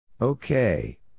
Okay